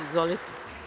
Izvolite.